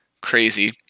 crazy